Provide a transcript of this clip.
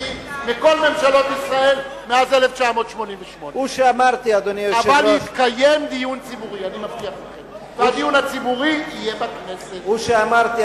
מכל ממשלות ישראל מאז 1988. הוא שאמרתי,